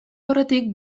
aurretik